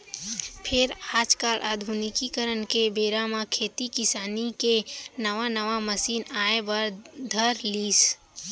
फेर आज काल आधुनिकीकरन के बेरा म खेती किसानी के नवा नवा मसीन आए बर धर लिस